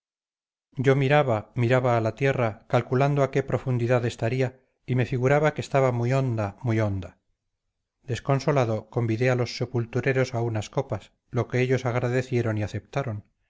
yo miraba miraba a la tierra calculando a qué profundidad estaría y me figuraba que estaba muy honda muy honda desconsolado convidé a los sepultureros a unas copas lo que ellos agradecieron y aceptaron